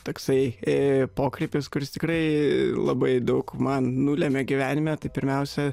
toksai pokrypis kuris tikrai labai daug man nulėmė gyvenime tai pirmiausia